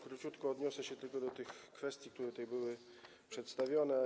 Króciutko odniosę się tylko do tych kwestii, które tutaj były przedstawione.